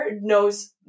knows